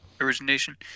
origination